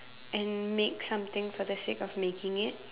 and make something for the sake of making it